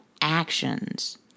actions